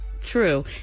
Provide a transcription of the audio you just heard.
True